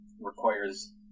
requires